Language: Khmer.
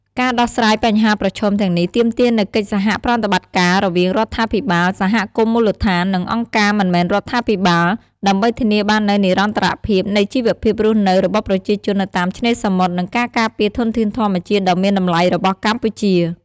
ការដោះស្រាយបញ្ហាប្រឈមទាំងនេះទាមទារនូវកិច្ចសហប្រតិបត្តិការរវាងរដ្ឋាភិបាល សហគមន៍មូលដ្ឋាន និងអង្គការមិនមែនរដ្ឋាភិបាល ដើម្បីធានាបាននូវនិរន្តរភាពនៃជីវភាពរស់នៅរបស់ប្រជាជននៅតាមឆ្នេរសមុទ្រ និងការការពារធនធានធម្មជាតិដ៏មានតម្លៃរបស់កម្ពុជា។